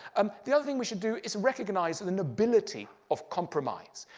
um the other thing we should do is recognize an ability of compromise.